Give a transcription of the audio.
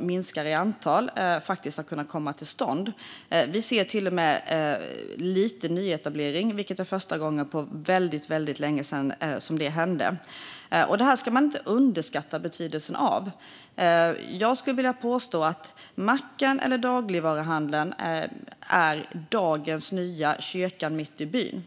minskningen av antalet. Vi ser till och med lite nyetablering, vilket är första gången på väldigt länge. Man ska inte underskatta betydelsen av detta. Jag skulle vilja påstå att macken eller dagligvaruhandeln är dagens nya kyrka mitt i byn.